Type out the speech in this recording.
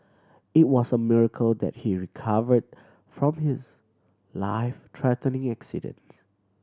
it was a miracle that he recovered from his life threatening accident